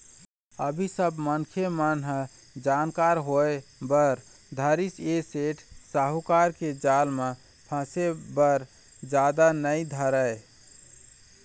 अभी सब मनखे मन ह जानकार होय बर धरिस ऐ सेठ साहूकार के जाल म फसे बर जादा नइ धरय